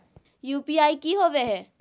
UPI की होवे है?